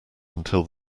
until